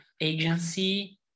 agency